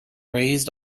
raised